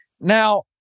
now